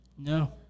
No